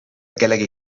kellegi